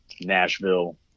Nashville